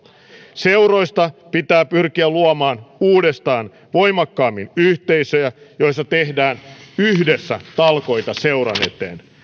seuroista pitää pyrkiä luomaan uudestaan voimakkaammin yhteisöjä joissa tehdään yhdessä talkoita seuran eteen